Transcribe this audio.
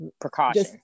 precaution